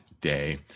day